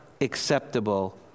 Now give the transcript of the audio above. acceptable